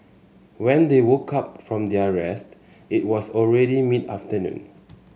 when they woke up from their rest it was already mid afternoon